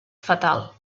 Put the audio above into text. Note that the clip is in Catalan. fatal